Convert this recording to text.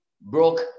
broke